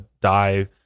die